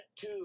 two